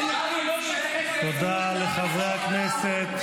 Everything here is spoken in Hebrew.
--- תודה לחברי הכנסת.